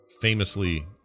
Famously